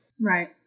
Right